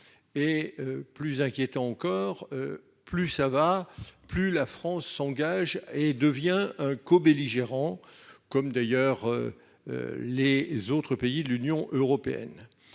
et, plus inquiétant encore, plus ça va, plus la France s'engage et devient un cobelligérant, comme d'ailleurs les autres pays de l'Union européenne.